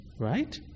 Right